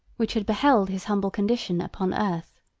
which had beheld his humble condition upon earth,